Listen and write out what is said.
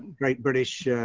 great british,